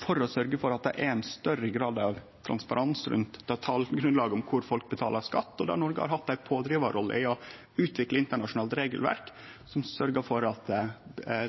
for å sørgje for at det er ein større grad av transparens rundt talgrunnlaget om kor folk betaler skatt, og der Noreg har hatt ei pådrivarrolle i å utvikle eit internasjonalt regelverk som sørgjer for at